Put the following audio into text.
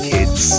Kids